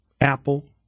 Apple